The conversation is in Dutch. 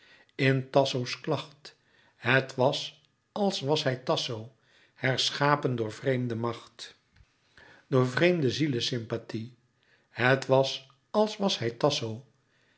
in tasso's klacht het was als was hij tasso herschapen door vreemde macht door vreemde zielesympathie het was als was hij tasso